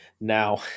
now